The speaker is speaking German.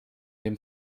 dem